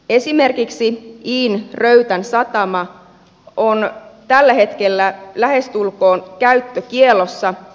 esimerkiksi iin röytän satama on tällä hetkellä lähestulkoon käyttökiellossa